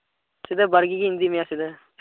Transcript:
ᱥᱤᱫᱷᱟᱹ ᱵᱟᱲᱜᱮ ᱜᱤᱧ ᱤᱫᱤᱢᱮᱭᱟ ᱥᱤᱫᱷᱟᱹ